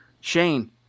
Shane